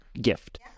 gift